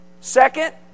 Second